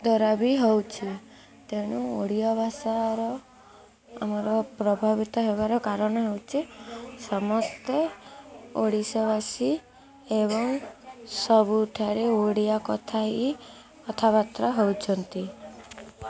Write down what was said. ଦ୍ୱାରା ବି ହେଉଛି ତେଣୁ ଓଡ଼ିଆ ଭାଷାର ଆମର ପ୍ରଭାବିତ ହେବାର କାରଣ ହେଉଛି ସମସ୍ତେ ଓଡ଼ିଶାବାସୀ ଏବଂ ସବୁଠାରେ ଓଡ଼ିଆ କଥା ହି କଥାବାର୍ତ୍ତା ହଉଛନ୍ତି